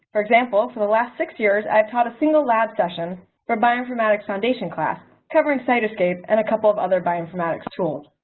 for example, for the last six years i've taught a single lab session for bioinformatics foundation class covering cytoscape and a couple of other bioinformatics tools.